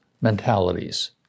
mentalities